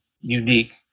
unique